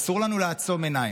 אסור לנו לעצום עיניים,